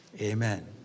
Amen